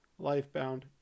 Lifebound